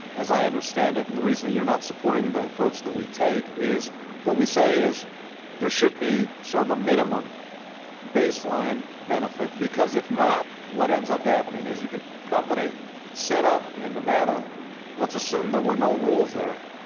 as i understand it, and the reason you're not supporting the approach that we take, is what we say is there should be sort of a minimum baseline benefit, because if not, what ends up happening is you get a company set up in nevada let's assume there were no rules there,